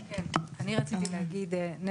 כן, אני רציתי להגיד.